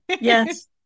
Yes